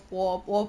我我